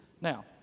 Now